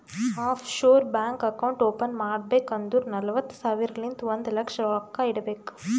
of sure bank account open ಮಾಡ್ಬೇಕ್ ಅಂದುರ್ ನಲ್ವತ್ತ್ ಸಾವಿರಲಿಂತ್ ಒಂದ್ ಲಕ್ಷ ರೊಕ್ಕಾ ಇಡಬೇಕ್